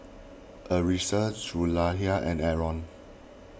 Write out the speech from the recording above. Arissa Zulaikha and Aaron